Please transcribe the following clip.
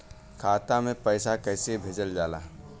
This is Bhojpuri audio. खाता में पैसा कैसे भेजल जाला?